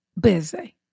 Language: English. busy